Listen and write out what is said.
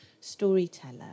storyteller